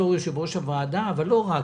בתור יושב-ראש הוועדה ולא רק,